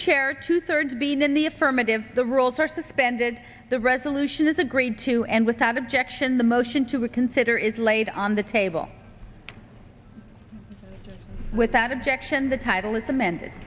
chair two thirds being in the affirmative the rules are suspended the resolution is agreed to and without objection the motion to reconsider is laid on the table without objection the title i